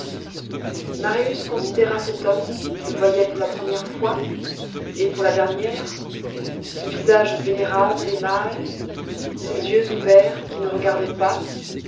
marius considéra cet homme qu'il voyait pour la première fois et pour la dernière ce visage vénérable et mâle ces yeux ouverts qui ne regardaient pas